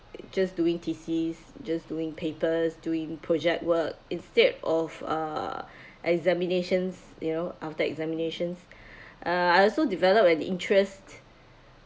just doing thesis just doing papers doing project work instead of uh examinations you know after examinations uh I also developed an interest